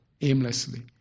aimlessly